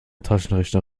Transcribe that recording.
taschenrechner